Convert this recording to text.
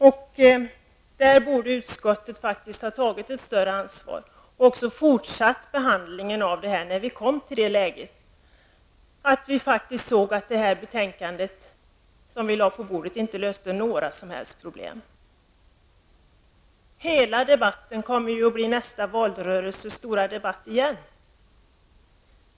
Utskottet borde faktiskt ha tagit ett större ansvar och fortsatt behandlingen, när vi insåg att betänkandet innebar att man inte skulle lösa några problem. De frågor som vi nu debatterar kommer att bli en stor valfråga även i nästa valrörelse.